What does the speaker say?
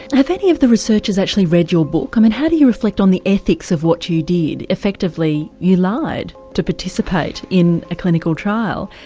have any of the researchers actually read you book? um and how do you reflect on the ethics of what you you did? effectively you lied to participate in a clinical trial.